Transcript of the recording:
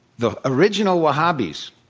the original wahhabis